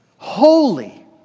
holy